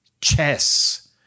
chess